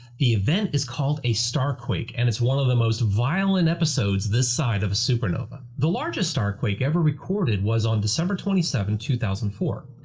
the event is called a starquake and it's one of the most violent episodes this side of a supernova. the largest star quake ever recorded was on december twenty seven two thousand and four.